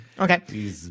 Okay